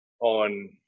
on